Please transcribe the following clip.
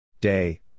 Day